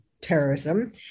terrorism